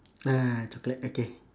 ah chocolate okay